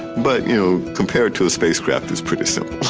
but you know, compared to a spacecraft it's pretty simple.